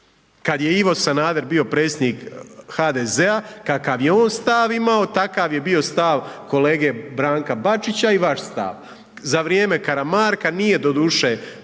Kad je Ivo Sanader bio predsjednik HDZ-a, kakav je on stav imao, takav je bio stav kolege Branka Bačića i vaš stav. Za vrijeme Karamarka nije doduše